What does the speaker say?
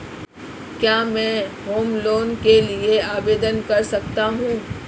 क्या मैं home loan के लिए आवेदन कर सकता हूं?